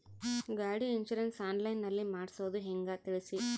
ಗಾಡಿ insurance online ನಲ್ಲಿ ಮಾಡ್ಸೋದು ಹೆಂಗ ತಿಳಿಸಿ?